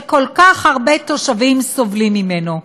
שכל כך הרבה תושבים סובלים ממנו.